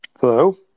Hello